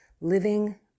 living